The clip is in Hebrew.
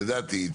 לדעתי,